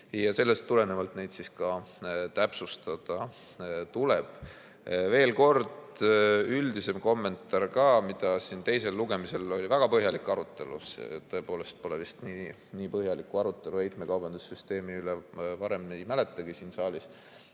Sellest tulenevalt neid ka täpsustada tuleb. Veel kord üldisem kommentaar ka, mille üle siin teisel lugemisel oli väga põhjalik arutelu. Tõepoolest, nii põhjalikku arutelu heitmekaubanduse süsteemi üle varem ei mäletagi siin saalis.